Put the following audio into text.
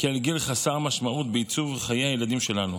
כאל גיל חסר משמעות בעיצוב חיי הילדים שלנו.